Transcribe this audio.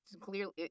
clearly